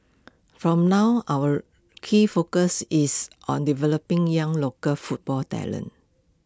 from now our key focus is on developing young local football talent